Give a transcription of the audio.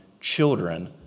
children